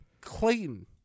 Clayton